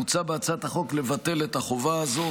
מוצע בהצעת החוק לבטל את החובה הזו.